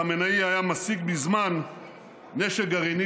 חמינאי היה משיג מזמן נשק גרעיני,